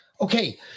okay